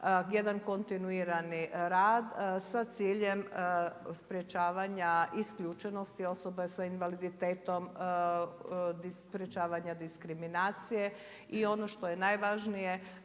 jedan, kontinuirani rad sa ciljem sprječavanja isključenosti osoba s invaliditetom i sprječavanja diskriminacije i ono što je najvažnije,